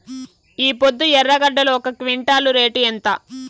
ఈపొద్దు ఎర్రగడ్డలు ఒక క్వింటాలు రేటు ఎంత?